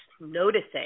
noticing